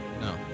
No